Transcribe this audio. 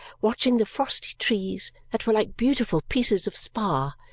watching the frosty trees, that were like beautiful pieces of spar,